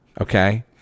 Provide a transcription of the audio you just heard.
okay